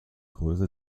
größe